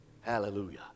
Hallelujah